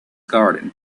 garden